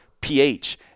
pH